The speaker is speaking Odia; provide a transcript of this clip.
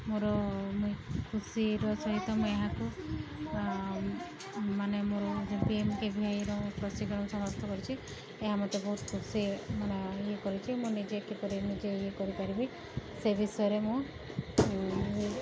ମୋର ଖୁସିର ସହିତ ମୁଁ ଏହାକୁ ମାନେ ମୋର ପିଏମ୍କେଭିୱାଇର ପ୍ରଶିକ୍ଷଣ ସମାସ୍ତ କରିଛି ଏହା ମୋତେ ବହୁତ ଖୁସି ଇଏ କରିଛି ମୁଁ ନିଜେ କି କରିବ ନିଜେ ଇଏ କରିପାରିବି ସେ ବିଷୟରେ ମୁଁ